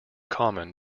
common